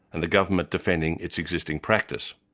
and the government defending its existing practice.